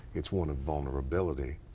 it's one of vulnerability.